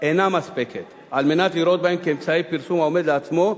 אינה מספקת על מנת לראות בהם אמצעי פרסום העומד לעצמו,